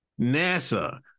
NASA